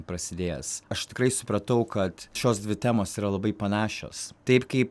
prasidėjęs aš tikrai supratau kad šios dvi temos yra labai panašios taip kaip